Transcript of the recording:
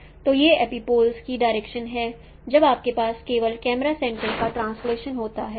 तो ये एपिपोलस की इंटरप्रिटेशन हैं जब आपके पास केवल कैमरा सेंटर का ट्रांसलेटशन होता है